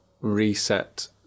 reset